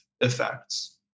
effects